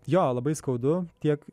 jo labai skaudu tiek